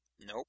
Nope